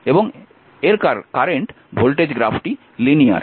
এবং এর current voltage গ্রাফটি লিনিয়ার